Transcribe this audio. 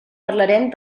parlarem